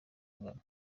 angana